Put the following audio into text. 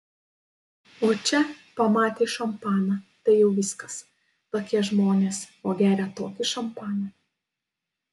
o čia pamatė šampaną tai jau viskas tokie žmonės o gerią tokį šampaną